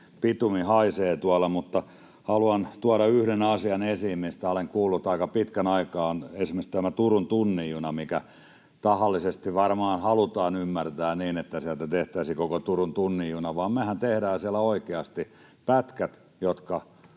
bitumi haisee tuolla. Mutta haluan tuoda yhden asian esiin, mistä olen kuullut aika pitkän aikaa. Se on tämä Turun tunnin juna, mikä tahallisesti varmaan halutaan ymmärtää niin, että siellä tehtäisiin koko Turun tunnin juna. Mehän tehdään siellä oikeasti pätkät, jotka